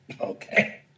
Okay